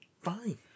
fine